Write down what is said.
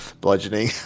bludgeoning